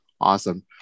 Awesome